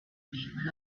would